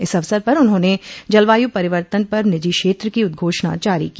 इस अवसर पर उन्होंने जलवायु परिवर्तन पर निजी क्षेत्र की उद्घोषणा जारी की